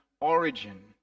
origin